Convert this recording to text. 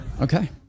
Okay